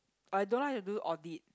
I don't like to do audit